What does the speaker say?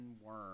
Worm